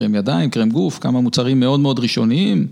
קרם ידיים, קרם גוף, כמה מוצרים מאוד מאוד ראשוניים.